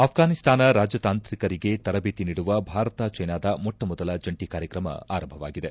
ಆಫ್ಪಾನಿಸ್ತಾನ ರಾಜತಾಂತ್ರಿಕರಿಗೆ ತರಬೇತಿ ನೀಡುವ ಭಾರತ ಚ್ಲೆನಾದ ಮೊಟ್ಸಮೊದಲ ಜಂಟಿ ಕಾರ್ಯತ್ರಮ ಆರಂಭವಾಗಿದೆ